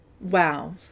Wow